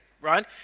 right